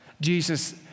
Jesus